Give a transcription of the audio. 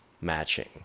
matching